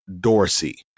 Dorsey